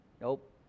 Nope